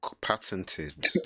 patented